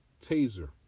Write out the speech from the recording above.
taser